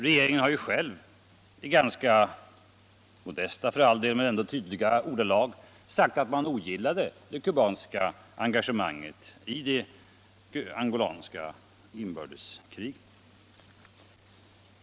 Regeringen har ju själv — i ganska modesta, för all del, men ändå tydliga ordalag — sagt att man ogillade det kubanska engagemanget i det angolanska inbördeskriget.